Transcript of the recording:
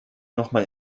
nochmal